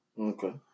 Okay